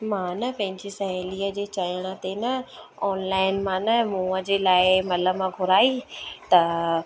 मां न पंहिंजी सहेलीअ जे चवण ते ना ऑनलाइन मां न मूंहं जे लाइ मलम घुराई त